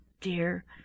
dear